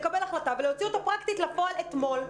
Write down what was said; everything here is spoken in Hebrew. לקבל החלטה ולהוציא אותה פרקטית לפועל אתמול,